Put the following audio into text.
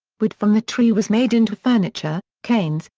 wood from the tree was made into furniture, canes,